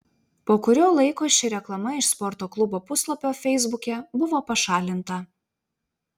po kurio laiko ši reklama iš sporto klubo puslapio feisbuke buvo pašalinta